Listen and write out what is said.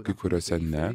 kai kuriose ne